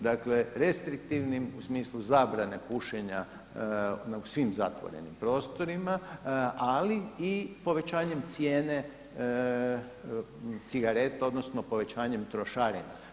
Dakle, restriktivnim u smislu zabrane pušenja u svim zatvorenim prostorima, ali i povećanjem cijene cigareta, odnosno povećanjem trošarina.